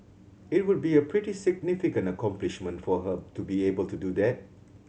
it would be a pretty significant accomplishment for her to be able to do that